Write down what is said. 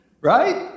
Right